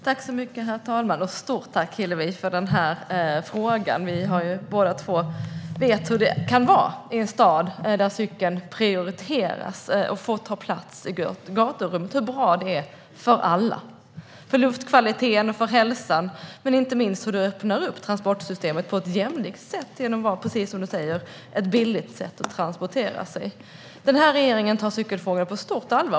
Herr talman! Stort tack, Hillevi, för frågan! Vi vet båda två hur det kan vara i en stad där cykeln prioriteras och får ta plats i vårt gaturum. Det är bra för alla. Det är bra för luftkvaliteten och för hälsan. Inte minst öppnas transportsystemet på ett jämlikt sätt genom att cykling, precis som du säger, är ett billigt sätt att transportera sig. Den här regeringen tar cykelfrågan på stort allvar.